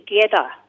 together